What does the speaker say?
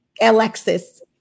alexis